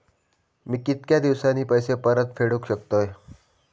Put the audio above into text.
मी कीतक्या दिवसांनी पैसे परत फेडुक शकतय?